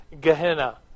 Gehenna